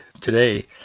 today